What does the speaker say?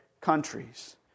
countries